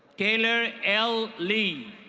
taylor l li.